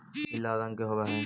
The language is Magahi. ई लाल रंग के होब हई